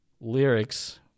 lyrics